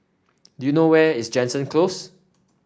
do you know where is Jansen Close